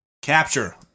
capture